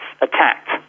attacked